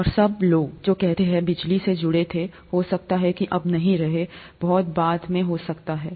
और सब सब लोग जो कह सकते थे कि बिजली से जुड़े थे हो सकता है अब नहीं बहुत बाद में हो सकता है